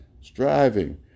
striving